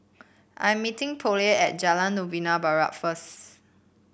I am meeting Pollie at Jalan Novena Barat first